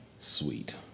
Sweet